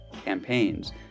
campaigns